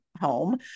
home